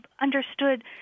understood